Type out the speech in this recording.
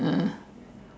ah